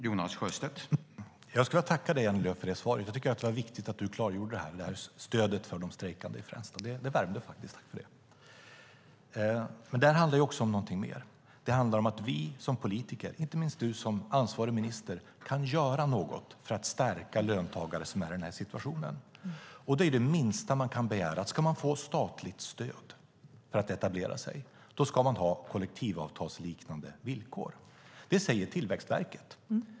Herr talman! Jag skulle vilja tacka dig, Annie Lööf, för det svaret. Jag tycker att det var viktigt att du klargjorde det här stödet för de strejkande i Fränsta. Det värmde faktiskt. Men det här handlar om någonting mer. Det handlar om att vi som politiker, inte minst du som ansvarig minister, kan göra något för att stärka löntagare som är i den här situationen. Det minsta man kan begära är att den som ska få statligt stöd för att etablera sig ska ha kollektivavtalsliknande villkor. Det säger Tillväxtverket.